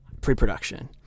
pre-production